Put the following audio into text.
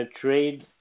trade